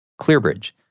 ClearBridge